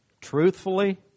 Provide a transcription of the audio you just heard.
truthfully